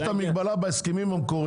יש המגבלה בהסכמים המקוריים.